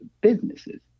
businesses